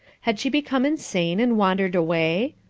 had she become insane and wandered away?